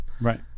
Right